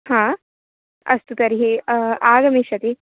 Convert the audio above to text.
हा अस्तु तर्हि आगमिष्यति